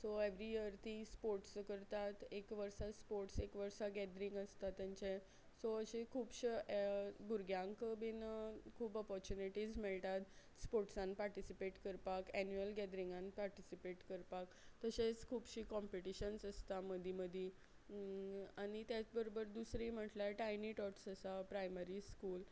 so every year तीं sports करतात एक वर्सा स्पोर्ट्स एक वर्सा गॅदरींग आसता तेंचें सो अशीं खुबश्या भुरग्यांक बीन खूब ऑपॉर्चुनिटीज मेळटात स्पोर्ट्सान पार्टिसिपेट करपाक एन्युअल गॅदरिंगान पार्टिसिपेट करपाक तशेंच खुबशीं कॉम्पिटिशन्स आसता मदीं मदीं आनी त्याच बरोबर दुसरी म्हटल्यार टायनी टॉट्स आसा प्रायमरी स्कूल